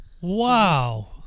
wow